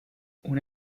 una